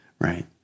Right